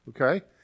okay